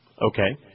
Okay